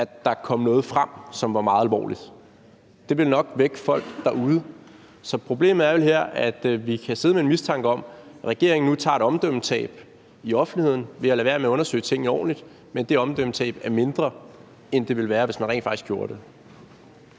at der kom noget frem, som var meget alvorligt. Det vil nok vække folk derude. Så problemet er vel her, at vi kan sidde med en mistanke om, at regeringen nu tager et omdømmetab i offentligheden ved at lade være med at undersøge tingene ordentligt, men det omdømmetab er mindre, end det ville være, hvis man rent faktisk gjorde det.